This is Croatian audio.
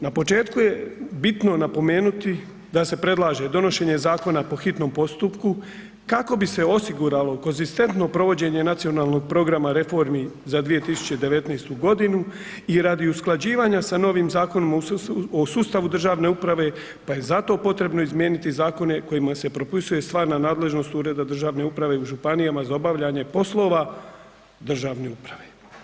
Na početku je bitno napomenuti da se predlaže donošenje zakona po hitnom postupku kako bi se osiguralo konzistentno provođenje Nacionalnog programa reformi za 2019. godinu i radi usklađivanja sa novim Zakonom o sustavu državne uprave pa je zato potrebno izmijeniti zakone kojima se propisuje stvarna nadležnost ureda državne uprave u županijama za obavljanje poslova državne uprave.